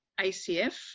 ACF